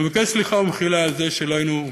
ואני מבקש סליחה ומחילה על זה שלא היינו,